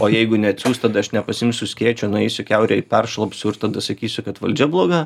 o jeigu neatsiųs tada aš nepasiimsiu skėčio nueisiu kiaurai peršlapsiu ir tada sakysiu kad valdžia bloga